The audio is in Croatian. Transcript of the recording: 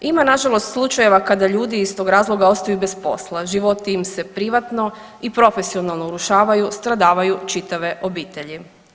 Ima na žalost slučajeva kada ljudi iz tog razloga ostaju bez posla, životi im se privatno i profesionalno urušavaju, stradavaju čitave obitelji.